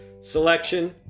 Selection